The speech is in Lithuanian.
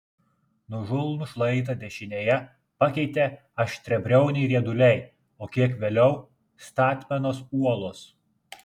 nuožulnų šlaitą dešinėje pakeitė aštriabriauniai rieduliai o kiek vėliau statmenos uolos